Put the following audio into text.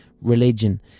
religion